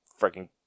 freaking